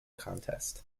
contest